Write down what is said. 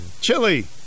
Chili